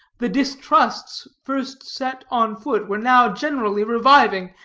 the distrusts first set on foot were now generally reviving,